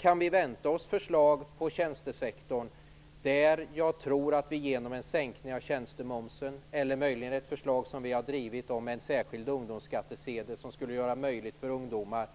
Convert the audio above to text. Kan vi vänta oss förslag inom tjänstesektorn, t.ex. en sänkning av tjänstemomsen eller eventuellt, något som vi har drivit, en särskild ungdomsskattsedel, som skulle göra det möjligt för ungdomar